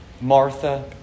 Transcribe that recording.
Martha